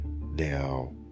Now